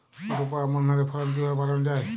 রোপা আমন ধানের ফলন কিভাবে বাড়ানো যায়?